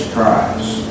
Christ